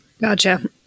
Gotcha